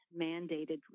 mandated